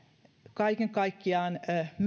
kaiken kaikkiaan